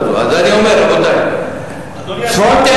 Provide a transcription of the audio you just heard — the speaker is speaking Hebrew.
ואני מברך אותך שתשבי על הכיסא הזה לפחות בקדנציה